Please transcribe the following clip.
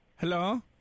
Hello